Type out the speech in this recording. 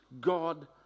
god